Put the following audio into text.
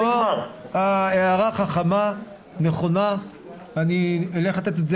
הערה חכמה, נכונה, אני אלך לתת את זה